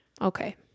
Okay